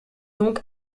donc